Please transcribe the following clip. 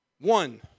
One